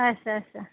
अच्छा अच्छा